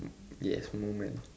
yes moment